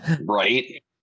right